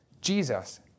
Jesus